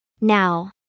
Now